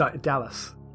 Dallas